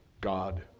God